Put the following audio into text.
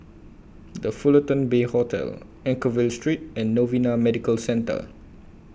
The Fullerton Bay Hotel Anchorvale Street and Novena Medical Centre